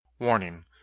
Warning